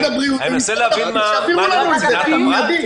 הבריאות להעביר לנו את המידע הזה באופן מיידי.